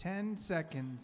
ten seconds